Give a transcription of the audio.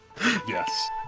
yes